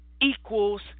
equals